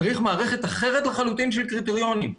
צריך מערכת אחרת לחלוטין של קריטריונים.